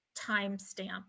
timestamp